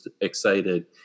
excited